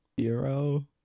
zero